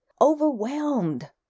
overwhelmed